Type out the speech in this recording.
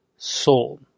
soul